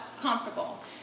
comfortable